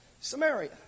Samaria